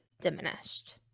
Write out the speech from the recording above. diminished